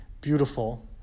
beautiful